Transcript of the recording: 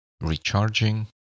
recharging